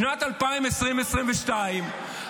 בשנת 2022,